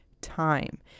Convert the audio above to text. time